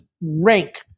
rank